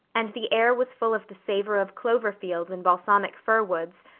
and the air was full of the savor of clover fields and balsamic fir woods,